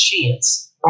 chance